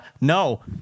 No